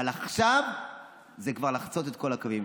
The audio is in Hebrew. אבל עכשיו זה כבר לחצות את כל הקווים,